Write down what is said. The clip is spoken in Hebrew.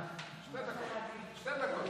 שתי דקות.